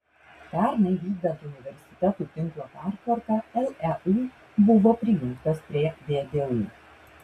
pernai vykdant universitetų tinklo pertvarką leu buvo prijungtas prie vdu